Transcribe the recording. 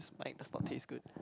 this mic does not taste good